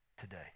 today